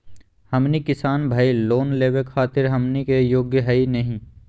हमनी किसान भईल, लोन लेवे खातीर हमनी के योग्य हई नहीं?